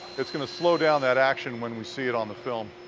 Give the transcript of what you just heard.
it's going to slow down that action when we see it on the film.